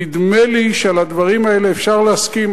נדמה לי שעל הדברים האלה אפשר להסכים.